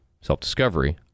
self-discovery